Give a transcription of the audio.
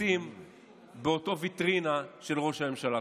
עציצים באותה ויטרינה של ראש הממשלה.